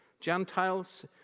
Gentiles